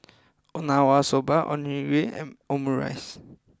Okinawa soba Onigiri and Omurice